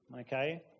Okay